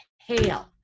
hail